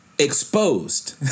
exposed